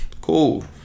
Cool